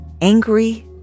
Angry